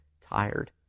tired